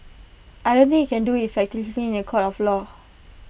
I don't think you can do effectively in A court of law